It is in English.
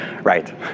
Right